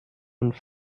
und